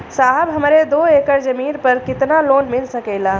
साहब हमरे दो एकड़ जमीन पर कितनालोन मिल सकेला?